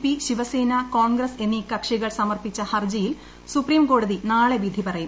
P Shiv Sena Congress എന്നീ കക്ഷികൾ സമർപ്പിച്ച ഹർജിയിൽ സുപ്രീംകോടതി നാളെ വിധി പറയും